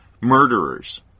murderers